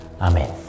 Amen